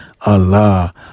Allah